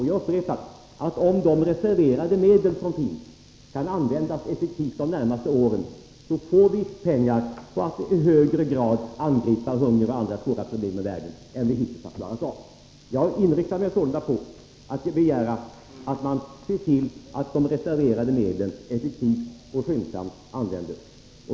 Jag upprepar att om de reserverade medel som finns kan användas effektivt de närmaste åren, får vi pengar för att i högre grad än vi hittills har klarat av kunna angripa hunger och andra svåra problem i världen. Jag inriktar mig sålunda på att begära att man ser till att de reserverade medlen effektivt och skyndsamt används.